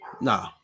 Nah